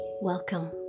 Welcome